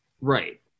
Right